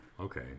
okay